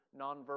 nonverbal